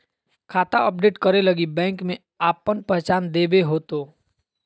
खाता अपडेट करे लगी बैंक में आपन पहचान देबे होतो